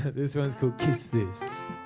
ah this one's called kiss this.